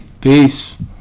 Peace